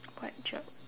what job